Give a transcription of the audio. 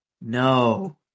No